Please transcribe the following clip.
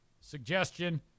suggestion